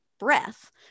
Breath